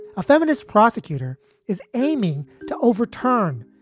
a feminist prosecutor is aiming to overturn,